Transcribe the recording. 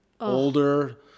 Older